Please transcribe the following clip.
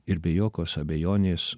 ir be jokios abejonės